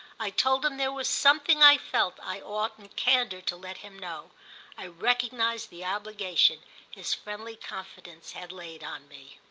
i told him there was something i felt i ought in candour to let him know i recognised the obligation his friendly confidence had laid on me.